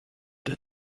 that